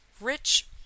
rich